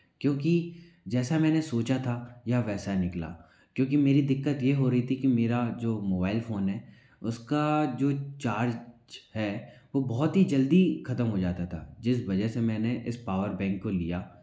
क्योंकि जैसा मैंने सोचा था यह वैसा निकला क्योंकि मेरी दिक्कत ये हो रही थी कि मेरा जो मोबाइल फ़ोन है उसका जो चार्ज है वो बहुत ही जल्दी खत्म हो जाता था जिस वजह से मैंने इस पावर बैंक को लिया